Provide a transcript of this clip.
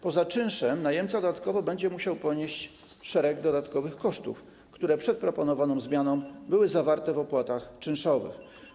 Poza czynszem najemca dodatkowo będzie musiał ponieść szereg dodatkowych kosztów, które przed proponowaną zmianą były zawarte w opłatach czynszowych.